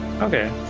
Okay